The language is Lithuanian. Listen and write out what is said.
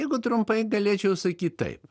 jeigu trumpai galėčiau sakyt taip